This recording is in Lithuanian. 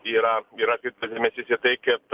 yra yra atkreiptas dėmesys į tai kad